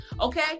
okay